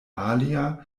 alia